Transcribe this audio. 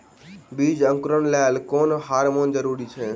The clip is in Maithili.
बीज अंकुरण लेल केँ हार्मोन जरूरी छै?